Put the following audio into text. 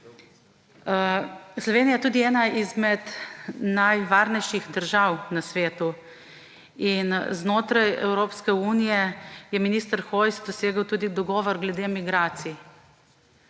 Slovenija je tudi ena izmed najvarnejših držav na svetu. In znotraj Evropske unije je minister Hojs dosegel tudi dogovor glede migracij,